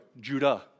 Judah